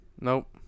Nope